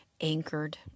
anchored